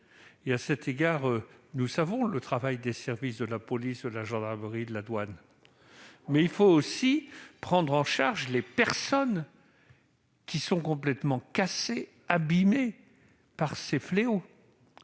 à cet égard, nous connaissons le travail des services de la police, de la gendarmerie et des douanes -, mais aussi prendre en charge les personnes qui sont complètement cassées, abîmées, par ces fléaux.